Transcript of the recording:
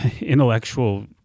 intellectual